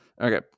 Okay